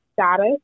status